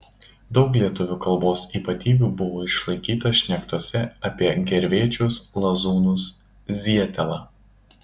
daug lietuvių kalbos ypatybių buvo išlaikyta šnektose apie gervėčius lazūnus zietelą